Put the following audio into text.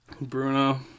Bruno